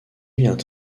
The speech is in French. vient